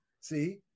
See